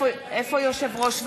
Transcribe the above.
איפה יושב-ראש,